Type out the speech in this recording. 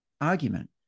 argument